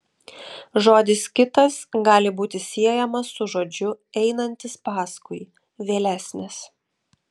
žodis kitas gali būti siejamas su žodžiu einantis paskui vėlesnis